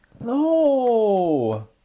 No